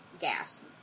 gas